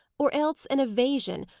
or else an evasion,